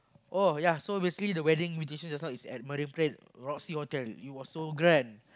oh yea so basically the wedding location just now was at Marine-Parade Roxy-Hotel it was so grand